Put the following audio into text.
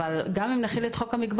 אבל גם אם נחיל את חוק המגבלות,